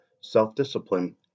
self-discipline